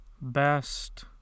best